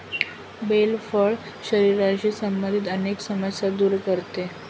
bell फळ शरीराशी संबंधित अनेक समस्या दूर करते